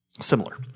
similar